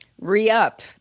re-up